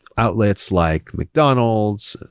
outlets like mcdonalds,